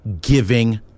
giving